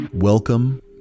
Welcome